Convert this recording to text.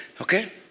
Okay